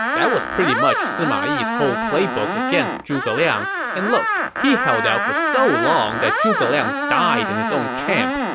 that was pretty much sima yi's playbook against zhuge liang, and look, he held out for so long that zhuge liang died in his own camp,